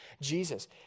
Jesus